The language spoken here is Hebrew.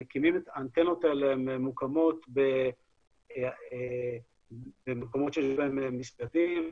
האנטנות האלה מוקמות במקומות שיש בהם מסגדים,